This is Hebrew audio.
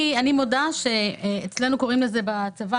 אני מודה שאצלנו קוראים לזה בצבא,